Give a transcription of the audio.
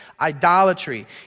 idolatry